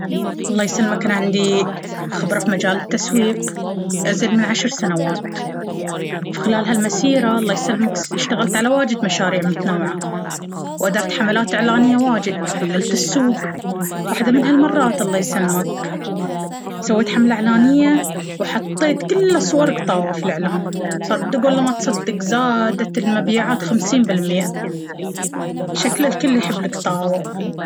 الله يسلمك أنا عندي خبرة في مجال التسويق... أزيد من عشر سنوات... في خلال هالمسيرة الله يسلمك اشتغلت على واجد مشاريع متنوعة وأدرت حملات إعلانية واجد وحللت السوق. وحدة من هالمرات الله يسلمك سويت حملة إعلانية وحطيت كله صور قطاوة في الاعلان!! صدق ولا ما تصدق زادت المبيعات خمسين بالمية!! شكله الكل يحب القطاوة.